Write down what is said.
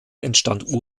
entstand